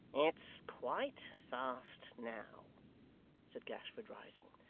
it's quite fast now said gashford, rising.